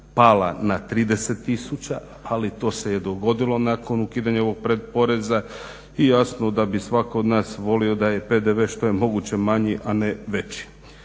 pala na 30 tisuća ali to se je dogodilo nakon ukidanja ovog pretporeza i jasno da bi svatko od nas volio da je PDV što je moguće manji a ne veći.